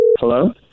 Hello